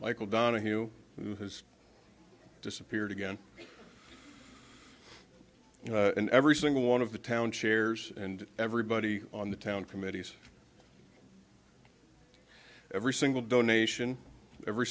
michael donoghue who has disappeared again and every single one of the town chairs and everybody on the town committees every single donation every